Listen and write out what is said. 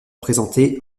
présentés